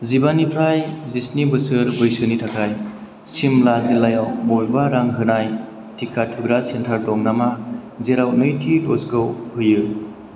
जिबानिफ्राय जिस्नि बोसोर बैसोनि थाखाय शिमला जिल्लायाव बबेबा रां होनाय टिका थुग्रा सेन्टार दं नामा जेराव नैथि द'जखौ होयो